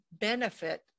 benefit